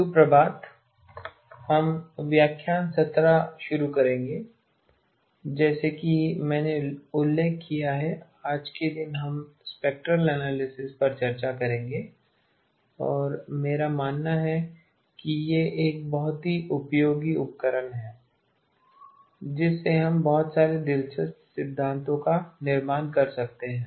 सुप्रभात हम व्याख्यान 17 शुरू करेंगे जैसा कि मैंने उल्लेख किया है आज के दिन हम स्पेक्ट्रल एनालिसिस पर चर्चा करेंगे और मेरा मानना है कि यह एक बहुत ही उपयोगी उपकरण और जिस से हम बहुत सारे दिलचस्प सिद्धांतों का निर्माण कर सकते हैं